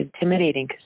intimidating